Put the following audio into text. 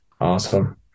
awesome